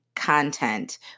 Content